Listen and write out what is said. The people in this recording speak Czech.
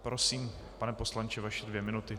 Prosím, pane poslanče, vaše dvě minuty.